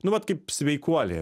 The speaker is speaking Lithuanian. nu vat kaip sveikuoliai